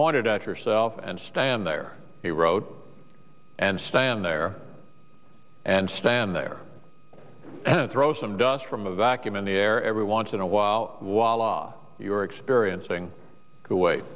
pointed at yourself and stand there he wrote and stand there and stand there and throw some dust from a vacuum in the air every once in a while while ah you're experiencing kuwait